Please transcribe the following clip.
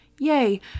Yay